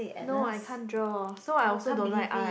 no I can't draw so I also don't like art